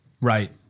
Right